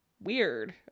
weird